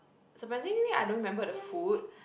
surprisingly I don't remember the food